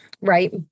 right